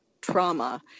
trauma